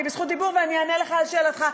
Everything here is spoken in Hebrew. אני בזכות דיבור ואני אענה לך על שאלתך.